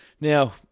Now